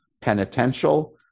penitential